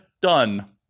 Done